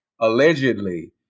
allegedly